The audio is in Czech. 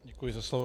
Děkuji za slovo.